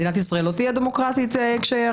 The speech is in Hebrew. מדינת ישראל לא תהיה דמוקרטית כשעכשיו